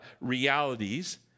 realities